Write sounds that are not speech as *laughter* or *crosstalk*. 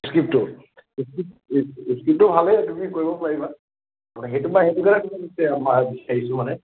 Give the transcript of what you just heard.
স্ক্ৰিপ্টটো স্ক্ৰিপ্টটো ভালেই তুমি কৰিব পাৰিবা *unintelligible* তোমাক বিচাৰিছোঁ মানে